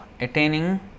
attaining